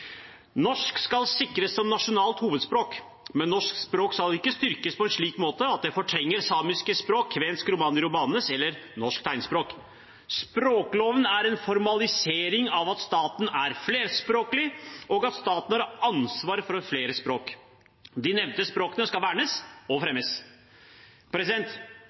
skal ikke styrkes på en slik måte at det fortrenger samiske språk, kvensk, romani, romanes eller norsk tegnspråk. Språkloven er en formalisering av at staten er flerspråklig, og at staten har ansvar for flere språk. De nevnte språkene skal vernes og fremmes.